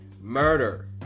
murder